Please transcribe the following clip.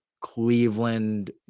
Cleveland